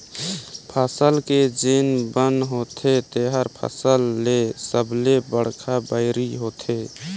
फसल के जेन बन होथे तेहर फसल के सबले बड़खा बैरी होथे